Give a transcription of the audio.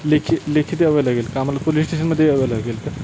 लेखी लेखी द्यावी लागेल का आम्हाला पुलिस स्टेशनमध्ये यावं लागेल का